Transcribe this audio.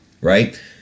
right